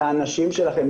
לאנשים שלכם,